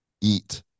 eat